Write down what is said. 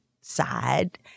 side—